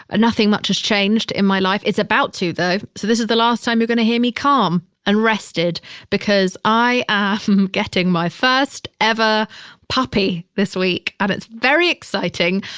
nothing much has changed in my life. it's about to though. so this is the last time you're gonna hear me calm and rested because i am getting my first ever puppy this week. and it's very exciting.